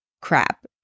crap